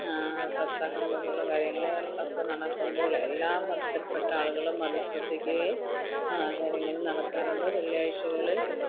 സപ്താഹംപോലുള്ള കാര്യങ്ങള് അവിടെ നടക്കുമ്പോളെല്ലാ മതത്തിൽപ്പെട്ട ആളുകളും അത് ശ്രദ്ധിക്കുകയും കാര്യങ്ങൾ നടക്കാറുണ്ട് വെള്ളിയാഴ്ച്ചകളിൽ